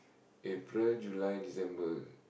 April July December